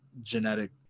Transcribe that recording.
genetic